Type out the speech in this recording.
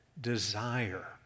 desire